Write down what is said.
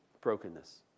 brokenness